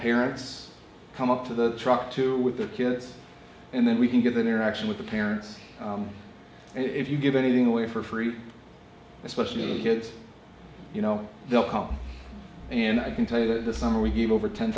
parents come up to the truck to with their kids and then we can get the interaction with the parents if you give anything away for free especially the kids you know they'll come in i can tell you that this summer we give over ten